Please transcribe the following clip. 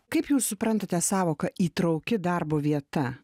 kaip jūs suprantate sąvoką įtraukti darbo vieta